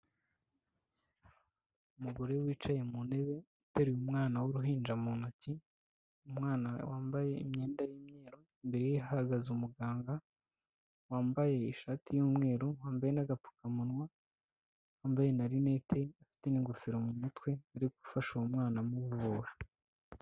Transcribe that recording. Umugore wicaye mu ntebe, uteruye umwana w'uruhinja mu ntoki, umwana wambaye imyenda y'imyeru, imbere ye hahagaze umuganga, wambaye ishati y'umweru, wambaye n'agapfukamunwa, wambaye na rinete, ufite n'ingofero mu mutwe, uri gufasha uwo mwana amuvura.